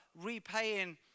repaying